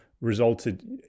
resulted